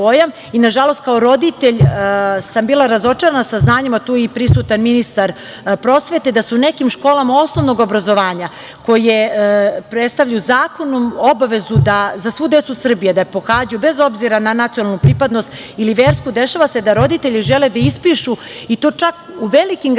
i nažalost, kao roditelj sam bila razočarana saznanjem, a tu je prisutan i ministar prosvete, da su u nekim školama osnovnog obrazovanja koje predstavljaju zakonom obavezu za svu decu Srbije da je pohađaju, bez obzira na nacionalnu pripadnost ili versku, dešava se da roditelji žele da ispišu i to čak u velikim gradovima